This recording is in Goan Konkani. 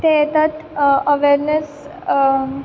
ते येतात अवेरनेस